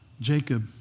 Jacob